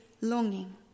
longing